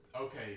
okay